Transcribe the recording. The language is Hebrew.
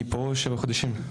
אני פה שבעה חודשים.